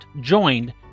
joined